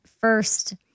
first